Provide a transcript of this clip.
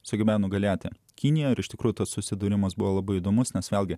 sugebėjo nugalėti kiniją ir iš tikrųjų tas susidūrimas buvo labai įdomus nes vėlgi